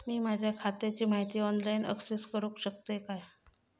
मी माझ्या खात्याची माहिती ऑनलाईन अक्सेस करूक शकतय काय?